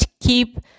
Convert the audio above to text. keep